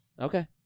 Okay